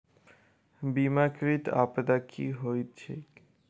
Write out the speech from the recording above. बीमाकृत आपदा की होइत छैक?